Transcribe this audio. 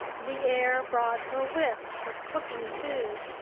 the air brought her whiffs of cooking food,